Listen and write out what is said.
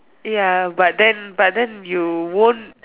ya but then but then you won't